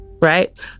right